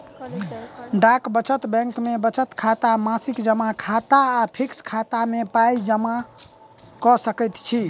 डाक बचत बैंक मे बचत खाता, मासिक जमा खाता आ फिक्स खाता मे पाइ जमा क सकैत छी